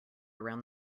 around